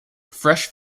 fresh